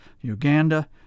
Uganda